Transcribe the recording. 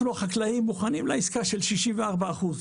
אנחנו החקלאים מוכנים לעסקה של 64 אחוז,